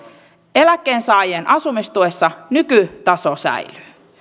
eläkkeensaajien asumistuessa nykytaso säilyy